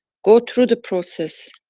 go through the process.